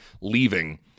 leaving